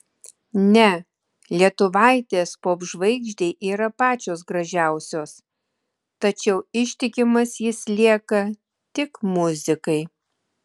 ne lietuvaitės popžvaigždei yra pačios gražiausios tačiau ištikimas jis lieka tik muzikai